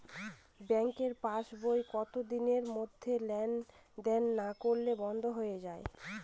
ব্যাঙ্কের পাস বই কত দিনের মধ্যে লেন দেন না করলে বন্ধ হয়ে য়ায়?